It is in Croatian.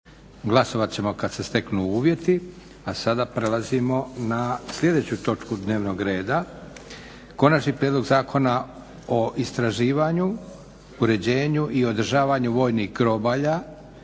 **Leko, Josip (SDP)** Sada prelazimo na sljedeću točku dnevnog reda - Konačni prijedlog zakona o istraživanju, uređenju i održavanju vojnih groblja,